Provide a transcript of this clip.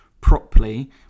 properly